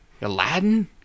Aladdin